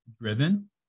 driven